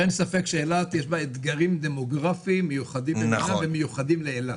אין ספק שבאילת יש אתגרים דמוגרפיים מיוחדים במינם ומיוחדים לאילת.